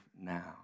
now